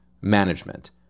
management